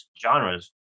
genres